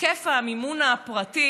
היקף המימון הפרטי